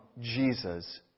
Jesus